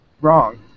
Wrong